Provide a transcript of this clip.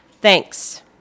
Thanks